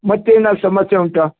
ಮತ್ತೇನಾರೂ ಸಮಸ್ಯೆ ಉಂಟಾ